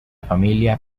familia